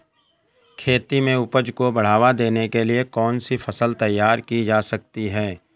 खेती में उपज को बढ़ावा देने के लिए कौन सी फसल तैयार की जा सकती है?